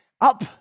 up